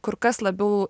kur kas labiau